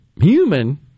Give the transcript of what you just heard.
human